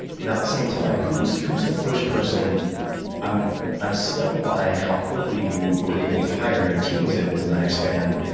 the same time, who's who's the first person i'm i'm stunned by how quickly you were able to hire and your team was able to then expand